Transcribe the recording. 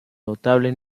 notable